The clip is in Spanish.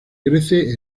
crece